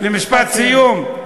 משפט סיום,